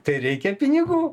tai reikia pinigų